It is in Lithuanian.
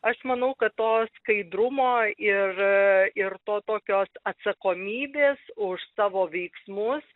aš manau kad to skaidrumo ir ir to tokios atsakomybės už savo veiksmus